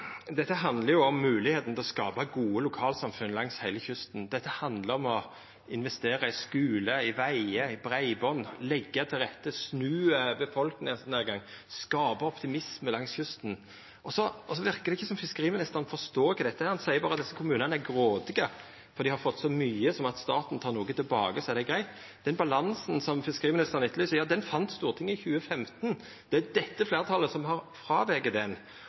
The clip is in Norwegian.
Dette handlar jo om moglegheita til å skapa gode lokalsamfunn langs heile kysten. Dette handlar om å investera i skule, i vegar og i breiband, det handlar om å leggja til rette, snu befolkningsnedgangen og skapa optimisme langs kysten. Men det verkar ikkje som om fiskeriministeren forstår kva dette er, han seier berre at desse kommunane er grådige. Dei har fått så mykje, så om staten tek noko tilbake, er det greitt. Den balansen som fiskeriministeren etterlyser, fann Stortinget i 2015. Det er dette fleirtalet har